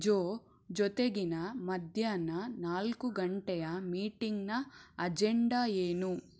ಜೋ ಜೊತೆಗಿನ ಮಧ್ಯಾಹ್ನ ನಾಲ್ಕು ಗಂಟೆಯ ಮೀಟಿಂಗ್ನ ಅಜೆಂಡಾ ಏನು